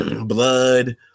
blood